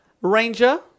ranger